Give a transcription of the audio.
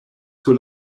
sur